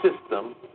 system